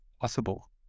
possible